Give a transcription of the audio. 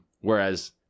Whereas